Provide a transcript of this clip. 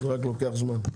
זה רק לוקח זמן.